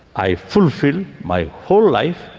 i fulfil my whole life,